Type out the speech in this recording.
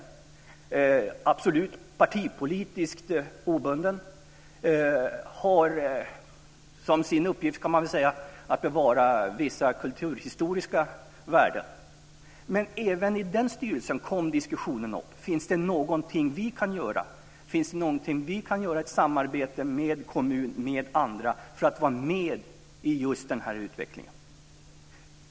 Den är absolut partipolitiskt obunden och har som sin uppgift, kan man säga, att bevara vissa kulturhistoriska värden. Men även i den styrelsen kom diskussionen upp: Finns det någonting vi kan göra, i samarbete med kommunen eller andra, för att vara med i just den här utvecklingen?